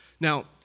Now